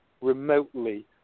remotely